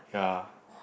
ya